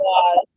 god